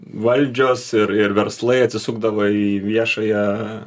valdžios ir ir verslai atsisukdavo į viešąją